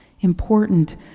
important